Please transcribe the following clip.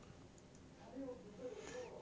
or I mean